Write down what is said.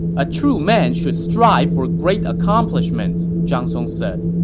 a true man should strive for great accomplishments, zhang song said.